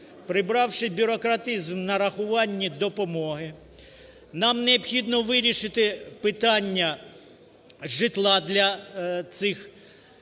прибравши бюрократизм в нарахуванні допомоги, нам необхідно вирішити питання житла для цих категорій